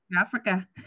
Africa